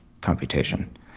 computation